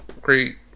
great